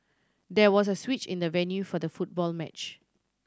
there was a switch in the venue for the football match